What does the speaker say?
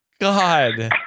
God